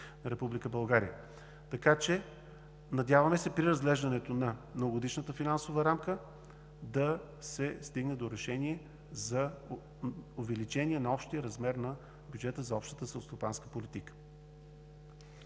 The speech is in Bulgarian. България. Надяваме се при разглеждането на Многогодишната финансова рамка да се стигне до решение за увеличение на общия размер на бюджета за Общата селскостопанска политика.